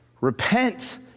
Repent